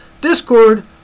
Discord